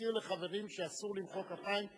מזכיר לחברים שאסור למחוא כפיים,